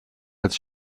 als